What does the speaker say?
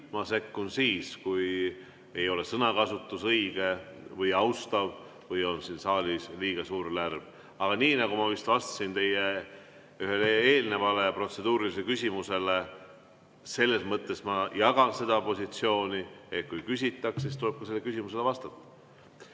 ma sekkun siis, kui ei ole sõnakasutus õige või austav või on siin saalis liiga suur lärm. Aga nii nagu ma vist vastasin teie ühele eelnevale protseduurilisele küsimusele: ma jagan seda positsiooni, et kui küsitakse, siis tuleb ka küsimusele